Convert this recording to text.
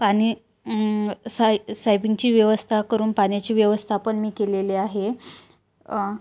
पाणी साय सायबिंगची व्यवस्था करून पाण्याची व्यवस्था पण मी केलेली आहे